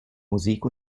musik